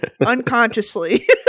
Unconsciously